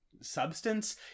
substance